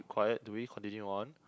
quiet do we continue on